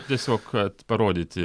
tiesiog kad parodyti